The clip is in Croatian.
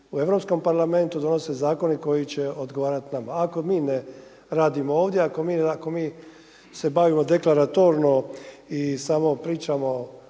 u Europskom parlamentu donose zakone koji će odgovarati nama. Ako mi ne radimo ovdje, ako mi se bavimo deklaratorno i samo pričamo